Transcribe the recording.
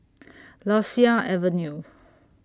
Lasia Avenue